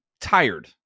tired